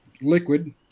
liquid